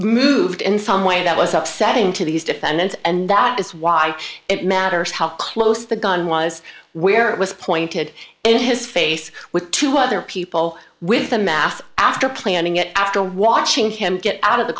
moved in some way that was upsetting to these defendants and that is why it matters how close the gun was where it was pointed and his face with two other people with the math after planning it after watching him get out of the